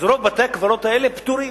אז רוב בתי-הקברות האלה פטורים.